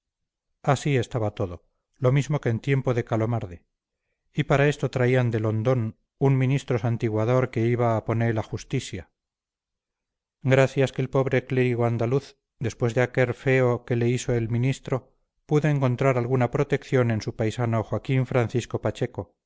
así estaba todo lo mismo que en tiempo de calomarde y para esto traían de londón un ministro santiguaor que iba a poné la justisia gracias que el pobre clérigo andaluz después de aquer feo que le hiso el ministro pudo encontrar alguna protección en su paisano joaquín francisco pacheco